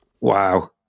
Wow